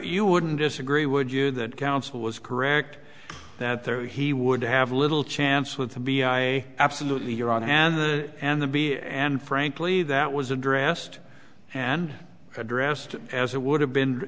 you wouldn't disagree would you that counsel was correct that he would have little chance with the b i absolutely you're on hand and the b and frankly that was addressed and addressed as it would have been